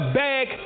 bag